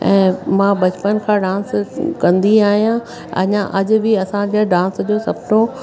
ऐं मां बचपन खां डांस कंदी आहियां अञा अॼु बि असांखे डांस जो सुपिनो